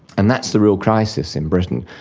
and that's the real crisis in britain.